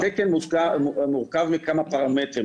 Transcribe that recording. התקן מורכב מכמה פרמטרים,